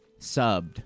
subbed